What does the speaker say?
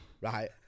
right